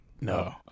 No